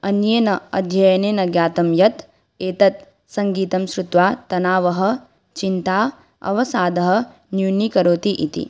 अन्येन अध्ययनेन ज्ञानं यत् एतत् सङ्गीतं श्रुत्वा तणावः चिन्ता अवसादः न्यूनीकरोति इति